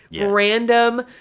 random